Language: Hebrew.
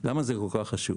למה זה כל כך חשוב